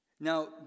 Now